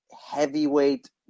heavyweight